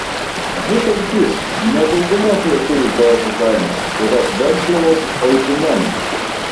būtent jis ne daugumos lietuvių poetų kaimas yra venclovos oikumena